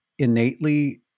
innately